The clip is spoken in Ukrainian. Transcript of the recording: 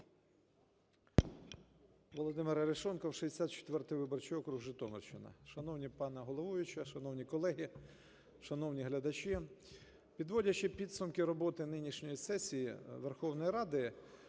Володимир Арешонков, 64 виборчий округ, Житомирщина. Шановна пані головуюча, шановні колеги, шановні глядачі! Підводячи підсумки роботи нинішньої сесії Верховної Ради,